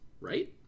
right